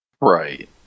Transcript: Right